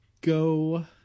go